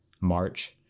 March